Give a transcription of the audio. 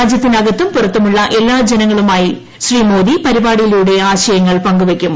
രാജ്യത്തിനകത്തും പുറത്തുമുള്ള എല്ലാ ജനങ്ങളുമായി ശ്രീ മോദി പരിപാടിയിലൂടെ ആശയങ്ങൾ പങ്കുവയ്ക്കും